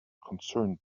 concerned